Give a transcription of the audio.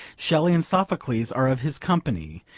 shelley and sophocles are of his company.